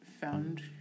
found